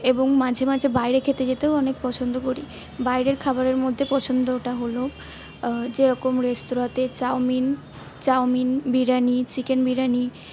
এবং মাঝেমাঝে বাইরে খেতে যেতেও অনেক পছন্দ করি বাইরের খাবারের মধ্যে পছন্দটা হল যেরকম রেস্তোরাঁতে chow mein chow mein biryani chicken biryani